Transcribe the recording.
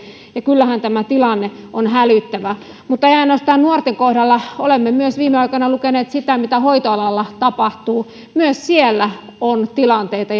kyllähän tämä tilanne on hälyttävä mutta ei ainoastaan nuorten kohdalla olemme myös viime aikoina lukeneet mitä hoitoalalla tapahtuu myös siellä on tilanteita